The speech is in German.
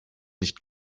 nicht